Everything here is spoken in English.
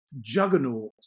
juggernaut